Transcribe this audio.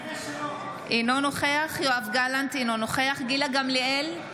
אינו נוכח יואב גלנט, אינו נוכח גילה גמליאל,